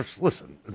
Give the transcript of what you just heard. Listen